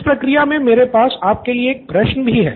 इस प्रक्रिया में मेरे पास आपके लिए एक प्रश्न है